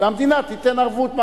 והמדינה תיתן ערבות.